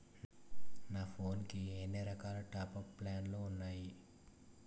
నా ఫోన్ కి ఎన్ని రకాల టాప్ అప్ ప్లాన్లు ఉన్నాయి?